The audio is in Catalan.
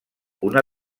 una